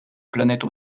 planètes